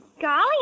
Golly